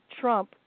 Trump